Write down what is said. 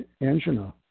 angina